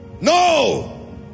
no